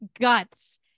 Guts